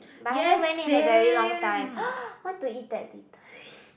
but haven't went in a very long time want to eat that later